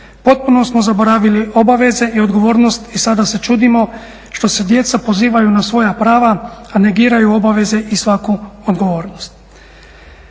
Potpuno smo zaboravili obaveze i odgovornost i sada se čudimo što se djeca pozivaju na svoja prava, a negiraju obaveze i svaku odgovornost.